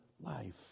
life